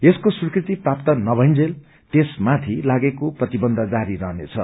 यसको स्वीकृति प्राप्त नमइन्जेल यसमाथि लागेको प्रतिबन्य जारी रहनेछ